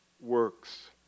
works